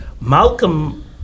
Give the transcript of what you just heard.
Malcolm